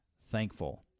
thankful